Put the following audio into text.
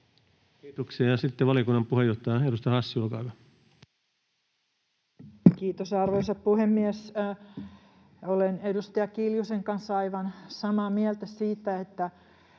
Kiitoksia. — Ja sitten valiokunnan puheenjohtaja, edustaja Hassi, olkaa hyvä. Kiitos, arvoisa puhemies! Olen edustaja Kiljusen kanssa aivan samaa mieltä siitä, että